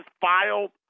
filed